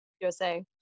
USA